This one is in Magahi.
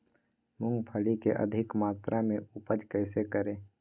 मूंगफली के अधिक मात्रा मे उपज कैसे करें?